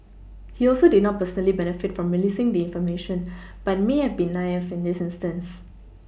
he also did not personally benefit from releasing the information but may have been naive in this instance